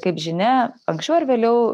kaip žinia anksčiau ar vėliau